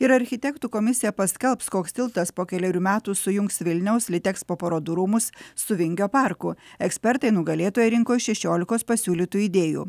ir architektų komisija paskelbs koks tiltas po kelerių metų sujungs vilniaus litekspo parodų rūmus su vingio parku ekspertai nugalėtoją rinko iš šešiolikos pasiūlytų idėjų